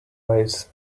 waves